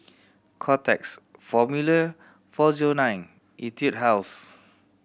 Kotex Formula Four Zero Nine Etude House